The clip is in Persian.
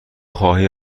خواهی